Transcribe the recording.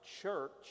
church